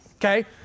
Okay